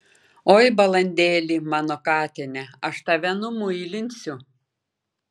oi balandėli mano katine aš tave numuilinsiu